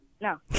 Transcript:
no